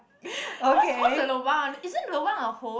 what's what's a lobang isn't lobang a hole